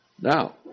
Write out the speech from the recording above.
Now